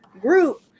group